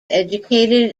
educated